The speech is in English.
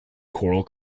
choral